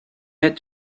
had